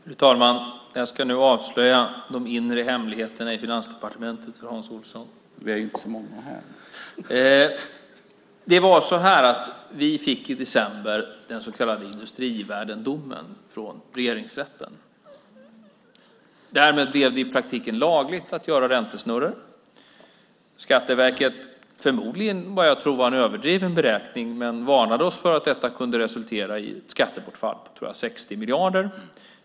Fru talman! Jag ska nu avslöja de inre hemligheterna i Finansdepartementet för Hans Olsson. I december fick vi den så kallade Industrivärdendomen från Regeringsrätten. Därmed blev det i praktiken lagligt att göra räntesnurror. Jag tror att det var en överdriven beräkning, men Skatteverket varnade oss för att detta kunde resultera i ett skattebortfall på, tror jag, 60 miljarder.